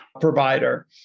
provider